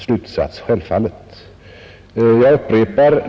Det är självfallet en helt felaktig slutsats.